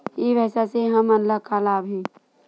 ई व्यवसाय से हमन ला का लाभ हे?